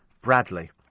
bradley